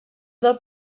del